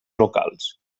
locals